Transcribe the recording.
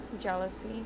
jealousy